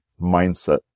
mindset